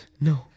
no